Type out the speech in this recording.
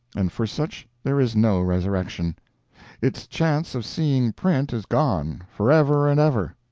and for such there is no resurrection its chance of seeing print is gone, forever and ever.